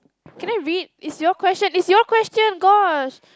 can I read is your question is your question gosh